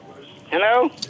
Hello